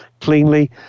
cleanly